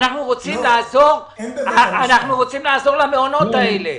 אנחנו רוצים לעזור למעונות האלה.